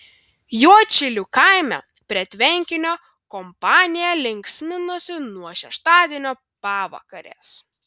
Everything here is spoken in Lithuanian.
juodšilių kaime prie tvenkinio kompanija linksminosi nuo šeštadienio pavakarės